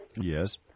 Yes